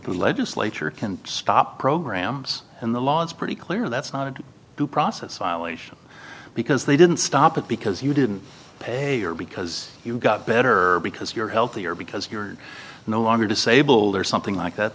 e legislature can stop programs and the law it's pretty clear that's not a due process violation because they didn't stop it because you didn't pay or because you got better because you're healthy or because you're no longer disabled or something like that